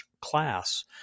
class